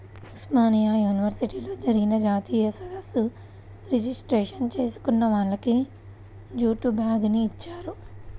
ఉస్మానియా యూనివర్సిటీలో జరిగిన జాతీయ సదస్సు రిజిస్ట్రేషన్ చేసుకున్న వాళ్లకి జూటు బ్యాగుని ఇచ్చారు